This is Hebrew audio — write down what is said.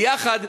ביחד,